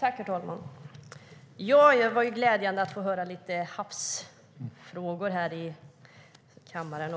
Herr talman! Det var glädjande att få höra också lite om havsfrågor här i kammaren.